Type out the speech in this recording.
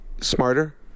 smarter